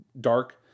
dark